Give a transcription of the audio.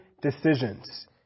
decisions